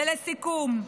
ולסיכום,